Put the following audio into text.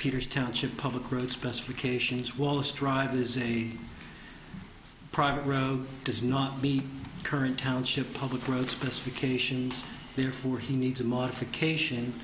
peters township public road specifications wallace drive is a private road does not meet current township public road specific ations therefore he needs a modification